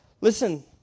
listen